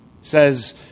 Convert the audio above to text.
says